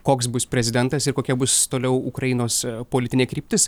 koks bus prezidentas ir kokia bus toliau ukrainos politinė kryptis